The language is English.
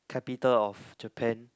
Capital of Japan